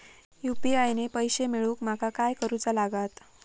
UPI ने पैशे मिळवूक माका काय करूचा लागात?